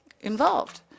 involved